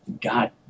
God